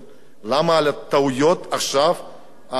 למה על הטעויות עכשיו המגזר,